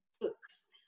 books